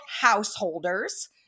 householders